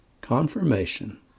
confirmation